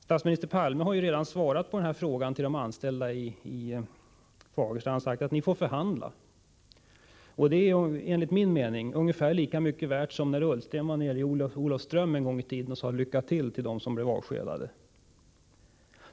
Statsminister Palme har redan svarat de anställda i Fagersta på den frågan och sagt: Ni får förhandla! Det svaret är enligt min mening ungefär lika mycket värt som när Per Ahlmark en gång i tiden var nere i Olofström och sade till dem som då blev avskedade: Lycka till!